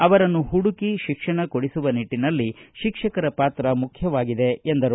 ಅವರನ್ನು ಹುಡುಕಿ ಶಿಕ್ಷಣ ಕೊಡಿಸುವ ನಿಟ್ಟನಲ್ಲಿ ಶಿಕ್ಷಕರ ಪಾತ್ರ ಮುಖ್ಣವಾಗಿದೆ ಎಂದರು